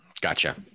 gotcha